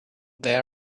there